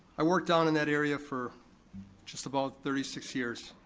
i worked down in that area for just about thirty six years.